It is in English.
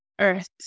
earth